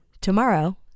tomorrow